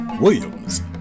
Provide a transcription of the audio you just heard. Williams